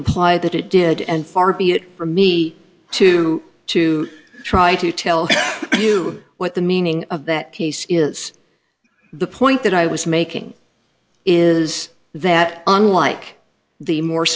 imply that it did and far be it for me to to try to tell you what the meaning of that piece is the point that i was making is that unlike the more